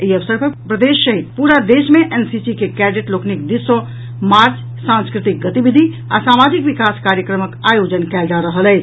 एहि अवसर पर प्रदेश सहित पूरा देश मे एनसीसी के कैंडेट लोकनिक दिस सॅ मार्च सांस्कृतिक गतिविधि आ सामाजिक विकास कार्यक्रमक आयोजन कयल जा रहल अछि